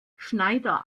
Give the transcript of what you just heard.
schneider